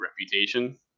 reputation